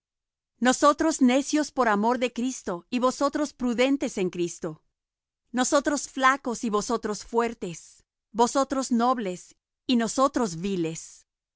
nosotros necios por amor de cristo y vosotros prudentes en cristo nosotros flacos y vosotros fuertes vosotros nobles y nosotros viles